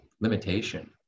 limitation